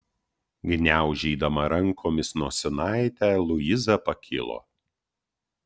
gniaužydama rankomis nosinaitę luiza pakilo